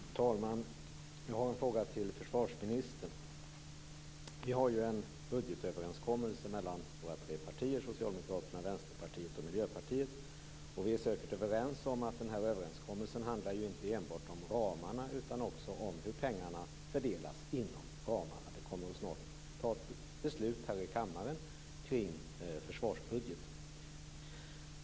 Fru talman! Jag har en fråga till försvarsministern. Vi har en budgetöverenskommelse mellan tre partier, Socialdemokraterna, Vänsterpartiet och Miljöpartiet. Vi är säkert överens om att den överenskommelsen inte enbart handlar om ramarna, utan också om hur pengarna fördelas inom ramarna. Vi kommer snart att fatta beslut här i kammaren om försvarsbudgeten.